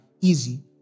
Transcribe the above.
easy